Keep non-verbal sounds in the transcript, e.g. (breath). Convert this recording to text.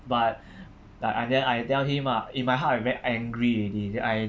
but (breath) I I then I tell him ah in my heart I very angry already instead I